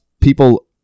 people